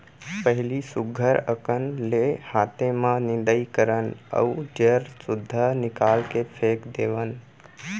पहिली सुग्घर अकन ले हाते म निंदई करन अउ जर सुद्धा निकाल के फेक देवन